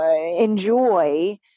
enjoy